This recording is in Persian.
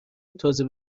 تازه